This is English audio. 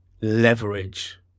leverage